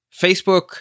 Facebook